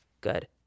good